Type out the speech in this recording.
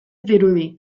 dirudi